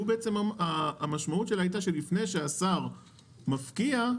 והמשמעות שלה היתה שלפני השר מפקיע,